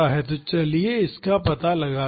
तो चलिए इसका पता लगाते हैं